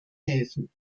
helfen